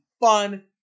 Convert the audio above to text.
fun